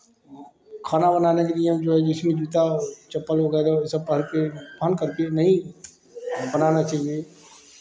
खाना बनाने के लिए हम जो यह जिसमें जूता चप्पल वगेरह वह सब पहन के पहन करके नहीं बनाना चाहिए